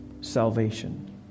salvation